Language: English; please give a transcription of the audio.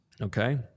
Okay